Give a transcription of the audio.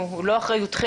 אחריותנו ולא אחריותכם.